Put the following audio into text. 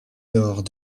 nord